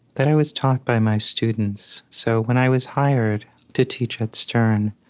that i was taught by my students. so when i was hired to teach at stern,